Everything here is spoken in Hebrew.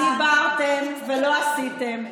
דיברתם ולא עשיתם.